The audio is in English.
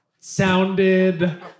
sounded